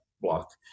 block